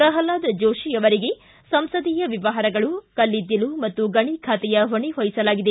ಪ್ರಲ್ನಾದ ಜೋಶಿ ಅವರಿಗೆ ಸಂಸದೀಯ ವ್ಯವಹಾರಗಳು ಕಲ್ಲಿದಲ್ಲು ಮತ್ತು ಗಣಿ ಖಾತೆಯ ಹೊಣೆ ವಹಿಸಲಾಗಿದೆ